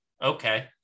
Okay